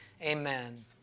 Amen